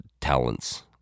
talents